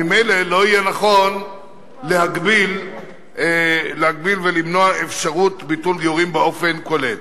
ממילא לא יהיה נכון להגביל ולמנוע אפשרות ביטול גיורים באופן כולל.